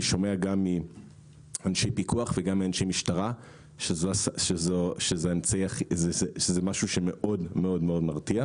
אני שומע גם מאנשי פיקוח וגם מאנשי משטרה שזה משהו שמאוד מאוד מרתיע.